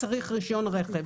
צריך רישיון רכב.